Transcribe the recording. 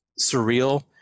surreal